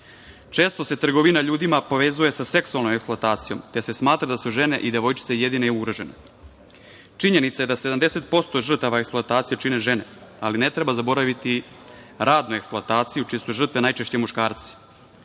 se trgovina ljudima povezuje sa seksualnom eksploatacijom, te se smatra da su žene i devojčice jedine ugrožene. Činjenica je da 70% žrtava eksploatacije čine žene, ali ne treba zaboraviti radnu eksploataciju čije su žrtve najčešće muškarci.S